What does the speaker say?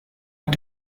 mit